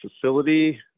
facility